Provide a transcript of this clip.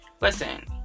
listen